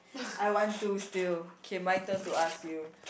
I want two still K my turn to ask you